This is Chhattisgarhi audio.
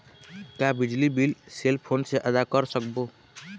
का बिजली बिल सेल फोन से आदा कर सकबो?